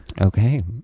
Okay